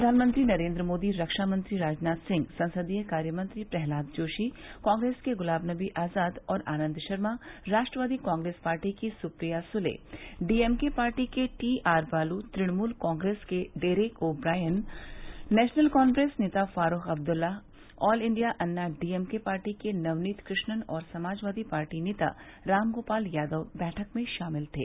प्रधानमंत्री नरेन्द्र मोदी रक्षामंत्री राजनाथ सिंह संसदीय कार्यमंत्री प्रह्लाद जोशी कांग्रेस के गुलाम नबी आज़ाद और आनंद शर्मा राष्ट्रवादी कांग्रेस पार्टी की सुप्रिया सुले डीएमके पार्टी के टी आर बालू तृणमूल कांग्रेस के Derek O'Brien national conference नेता Farooq Abdullah all India Anna DMK party के नवनीत कृष्णन और समाजवादी पार्टी नेता रामगोपाल यादव बैठक में शामिल थे